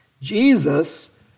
Jesus